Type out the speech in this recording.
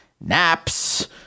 naps